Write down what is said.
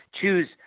choose